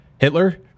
Hitler